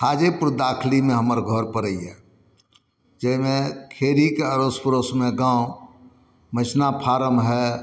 खादेपुर दाखलीमे हमर घर पड़ैए जाहिमे खेड़ीके अड़ोस पड़ोसमे गाँव मैसना फार्म है